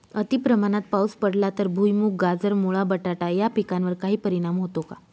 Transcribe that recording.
अतिप्रमाणात पाऊस पडला तर भुईमूग, गाजर, मुळा, बटाटा या पिकांवर काही परिणाम होतो का?